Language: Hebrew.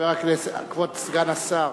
כבוד סגן השר,